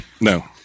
No